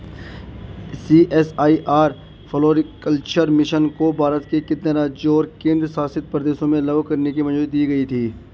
CSIR floriculture mission को भारत के कितने राज्यों और केंद्र शासित प्रदेशों में लागू करने की मंजूरी दी गई थी?